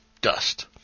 dust